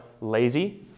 lazy